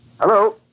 Hello